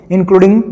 Including